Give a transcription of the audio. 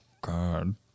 god